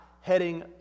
heading